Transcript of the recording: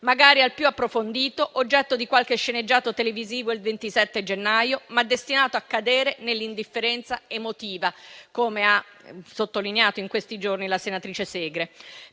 magari al più approfondito, oggetto di qualche sceneggiato televisivo il 27 gennaio, ma destinato a cadere nell'indifferenza emotiva, come ha sottolineato in questi giorni la senatrice Segre.